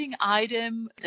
item